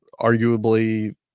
arguably